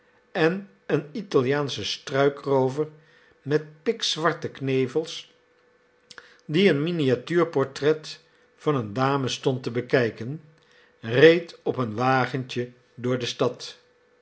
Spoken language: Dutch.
en een italiaansche struikroover met pikzwarte knevels die een miniatuurportret van eene dame stond te bekijken reed op een wagentje door de stad